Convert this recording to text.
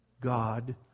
God